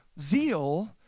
zeal